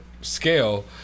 scale